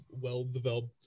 well-developed